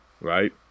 right